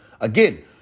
Again